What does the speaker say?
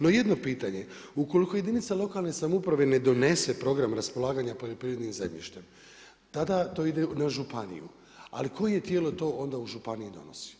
No jedno pitanje, ukoliko jedinica lokalne samouprave ne donese program raspolaganje poljoprivrednim zemljištem, tada to ide na županiju, ali koje tijelo to onda u županiji donosi.